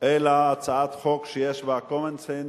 אלא הצעת חוק שיש בה common sense,